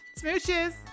Smooches